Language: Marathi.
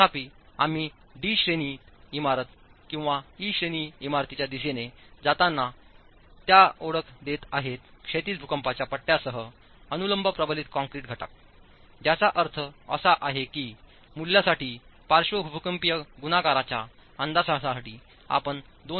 तथापि आम्ही डी श्रेणी इमारत किंवा ई श्रेणी इमारतीच्या दिशेने जाताना त्या ओळख देत आहेत क्षैतिज भूकंपाच्या पट्ट्यांसह अनुलंब प्रबलित कंक्रीट घटक ज्याचाअर्थअसा आहे की या मूल्यांसाठी पार्श्व भूकंपीय गुणाकाराच्या अंदाजासाठी आपण 2